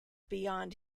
beyond